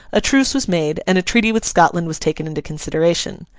a truce was made, and treaty with scotland was taken into consideration.